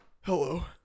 hello